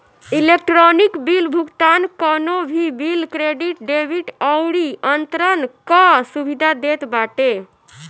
electronic bill भुगतान कवनो भी बिल, क्रेडिट, डेबिट अउरी अंतरण कअ सुविधा देत बाटे